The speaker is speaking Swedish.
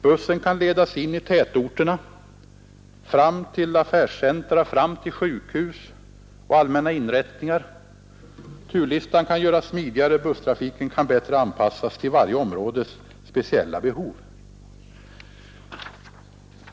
Bussarna kan ledas in i tätorterna fram till affärscentra, sjukhus och allmänna inrättningar och turlistan kan göras smidigare. Busstrafiken kan bättre anpassas till varje områdes speciella behov.